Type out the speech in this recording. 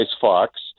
Fox